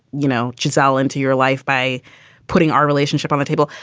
you know, chisel into your life by putting our relationship on the table?